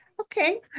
Okay